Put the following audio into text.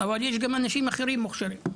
אבל יש גם אנשים אחרים מוכשרים,